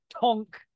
tonk